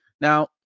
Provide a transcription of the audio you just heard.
Now